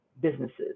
businesses